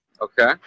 Okay